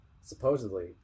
Supposedly